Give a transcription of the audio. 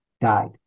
died